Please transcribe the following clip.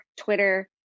Twitter